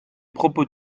propos